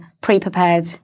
pre-prepared